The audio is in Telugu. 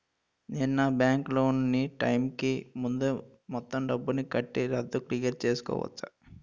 నేను నా బ్యాంక్ లోన్ నీ టైం కీ ముందే మొత్తం డబ్బుని కట్టి రద్దు క్లియర్ చేసుకోవచ్చా?